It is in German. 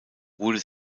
wurde